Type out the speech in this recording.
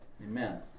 Amen